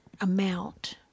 amount